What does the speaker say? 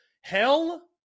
Hell